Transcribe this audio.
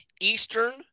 Eastern